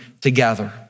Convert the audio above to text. together